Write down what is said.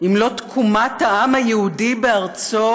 אם לא תקומת העם היהודי בארצו,